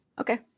Okay